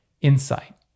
insight